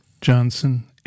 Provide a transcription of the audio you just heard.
Johnson